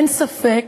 אין ספק